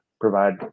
provide